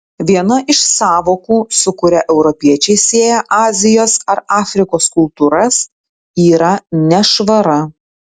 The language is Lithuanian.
viena iš sąvokų su kuria europiečiai sieja azijos ar afrikos kultūras yra nešvara